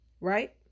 right